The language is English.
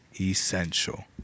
essential